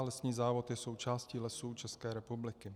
Lesní závod je součástí Lesů České republiky.